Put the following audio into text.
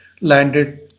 landed